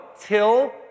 till